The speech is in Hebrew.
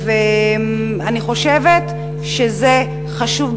אני חושבת שזה חשוב,